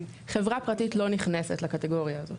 חברה פרטית לא נכנסת לקטגוריה הזאת.